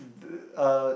uh